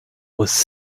was